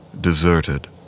deserted